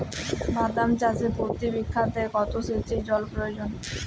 বাদাম চাষে প্রতি বিঘাতে কত সেচের প্রয়োজন?